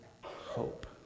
hope